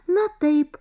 na taip